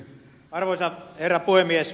arvoisa herra puhemies